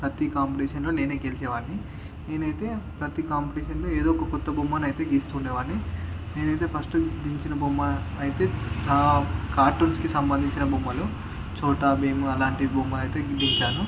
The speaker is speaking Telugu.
ప్రతి కాంపిటేషన్లో నేనే గెలిచే వాడిని నేనయితే ప్రతి కాంపిటేషన్లో ఏదో ఒక కొత్త బొమ్మను అయితే గీస్తు ఉండే వాడిని నేనయితే ఫస్ట్ దించిన బొమ్మ అయితే కార్టూన్స్కి సంబంధించిన బొమ్మలు చోటా భీము అలాంటి బొమ్మలు అయితే గీసాను